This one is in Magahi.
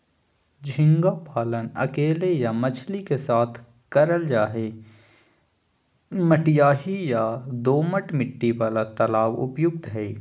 झींगा पालन अकेले या मछली के साथ करल जा हई, मटियाही या दोमट मिट्टी वाला तालाब उपयुक्त हई